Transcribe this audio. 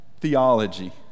theology